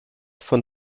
von